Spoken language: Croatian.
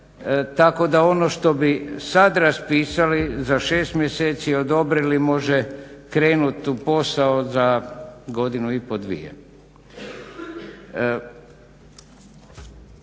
tako da ono što bi sad raspisali i za 6 mjeseci odobrili može krenuti u posao za godinu i pol, dvije.